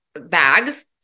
bags